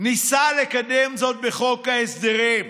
ניסה לקדם זאת בחוק ההסדרים,